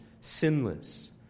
sinless